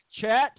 chat